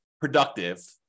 productive